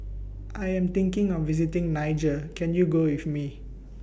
I Am thinking of visiting Niger Can YOU Go with Me